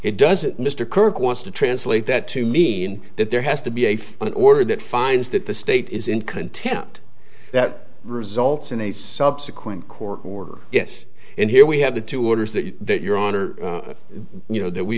it doesn't mr kirk wants to translate that to mean that there has to be a fine order that finds that the state is in contempt that results in a subsequent court order yes and here we have the two orders that you that your honor you know that we